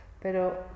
pero